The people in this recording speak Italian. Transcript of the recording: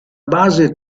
base